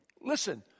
Listen